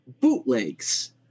bootlegs